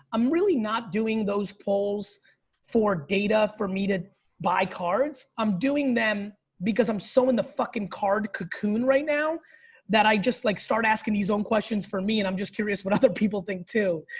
i'm really not doing those polls for data, for me to buy cards, i'm doing them because i'm so in the fucking card cocoon right now that i just like start asking these own questions for me. and i'm just curious what other people think too.